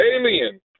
alien